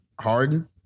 Harden